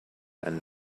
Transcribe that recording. and